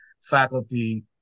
faculty